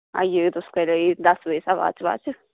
आई जाएओ तुस कोई दस बजे शा बाद'च बाद'च